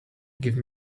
give